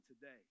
today